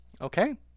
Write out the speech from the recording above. Okay